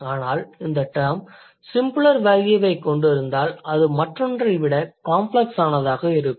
ஆனால் இந்த term simpler வேல்யூவைக் கொண்டிருந்தால் அது மற்றொன்றை விட காம்ப்ளக்ஸானதாக இருக்கும்